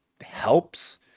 helps